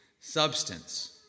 substance